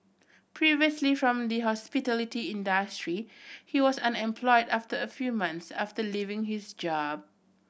previously from the hospitality industry he was unemployed after a few months after leaving his job